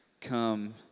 come